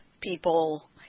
people